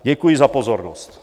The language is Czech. Děkuji za pozornost.